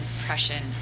impression